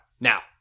Now